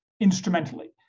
instrumentally